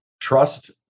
trust